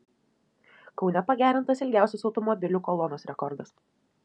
kaune pagerintas ilgiausios automobilių kolonos rekordas